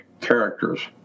characters